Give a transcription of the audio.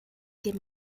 dem